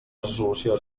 resolució